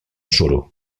suro